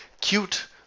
cute